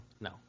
No